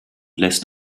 lässt